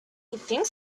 think